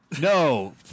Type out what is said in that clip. No